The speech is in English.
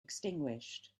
extinguished